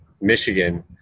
Michigan